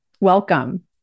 Welcome